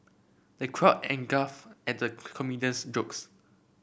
the crowd and guff at the comedian's jokes